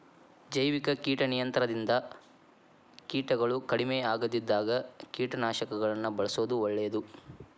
ಜೈವಿಕ ಕೇಟ ನಿಯಂತ್ರಣದಿಂದ ಕೇಟಗಳು ಕಡಿಮಿಯಾಗದಿದ್ದಾಗ ಕೇಟನಾಶಕಗಳನ್ನ ಬಳ್ಸೋದು ಒಳ್ಳೇದು